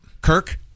kirk